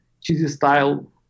cheesy-style